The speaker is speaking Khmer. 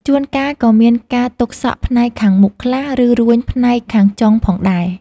ជួនកាលក៏មានការទុកសក់ផ្នែកខាងមុខខ្លះ ឬរួញផ្នែកខាងចុងផងដែរ។